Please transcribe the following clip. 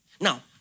Now